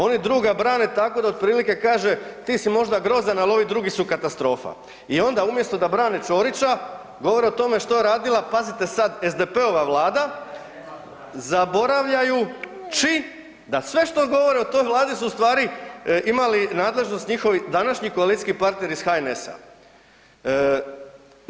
Oni druga brane tako da otprilike kaže ti si možda grozan, ali ovi drugi su katastrofa i onda umjesto da brane Ćorića govore o tome što je radila pazite sad SDP-ova vlada zaboravljajući da sve što govore o toj vladi su u stvari imali nadležnosti njihovi današnji koalicijski partneri iz HNS-a.